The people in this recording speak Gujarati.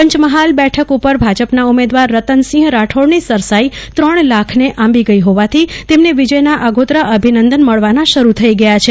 પંચમહાલ બેઠક ઉપર ભાજપના ઉમેદવાર રતનસિંહ રાઠોડની સરસાઈ ત્રણ લાખને આંબી ગઈ હોવાથી તેમને વિજયના આગોતરા અભિનંદન મળવાના શરૂ થઇ ગયા છે